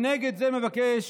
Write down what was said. נגד זה מבקש